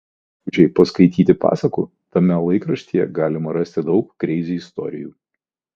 jei norite vaikučiai paskaityti pasakų tame laikraštyje galima rasti daug kreizi istorijų